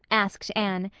asked anne,